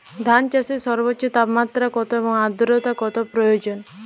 ধান চাষে সর্বোচ্চ তাপমাত্রা কত এবং আর্দ্রতা কত প্রয়োজন?